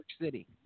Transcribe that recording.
City